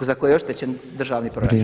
za koje je oštećen državni proračun.